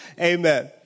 Amen